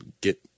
get